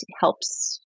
helps